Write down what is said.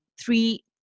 three